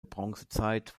bronzezeit